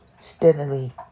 steadily